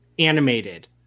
animated